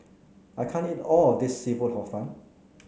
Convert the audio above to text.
I can't eat all of this seafood Hor Fun